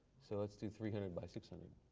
so let's do three hundred by six hundred.